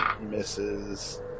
Misses